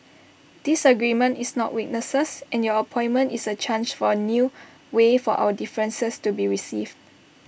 disagreement is not weakness and your appointment is A chance for A new way for our differences to be received